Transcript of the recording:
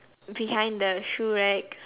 behind the shoe racks